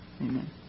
amen